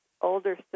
older